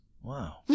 Wow